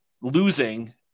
losing